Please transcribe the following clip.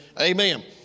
Amen